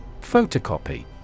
Photocopy